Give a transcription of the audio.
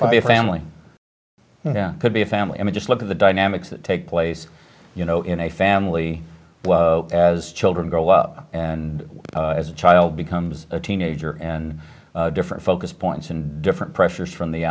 five a family could be a family i mean just look at the dynamics that take place you know in a family as children grow up and as a child becomes a teenager and different focus points and different pressures from the